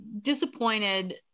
disappointed